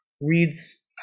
reads